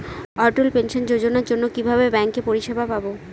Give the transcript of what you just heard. অটল pension যোজনার জন্য কিভাবে ব্যাঙ্কে পরিষেবা পাবো?